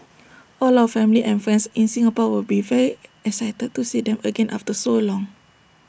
all our family and friends in Singapore will be very excited to see them again after so long